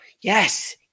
Yes